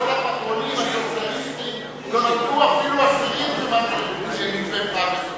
כל הפחונים הסוציאליסטיים לא עשו אפילו עשירית ממה שמתווה פראוור נותן.